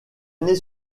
années